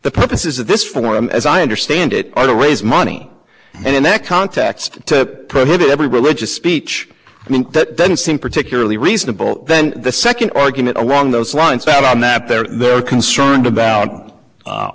the purposes of this forum as i understand it to raise money and in that context to prohibit every religious speech that doesn't seem particularly reasonable then the second argument along those lines that i'm that they're they're concerned about